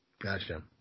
Gotcha